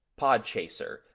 Podchaser